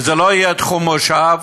וזה לא יהיה תחום מושב,